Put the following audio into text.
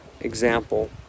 example